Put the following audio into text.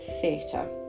theatre